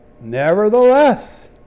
Nevertheless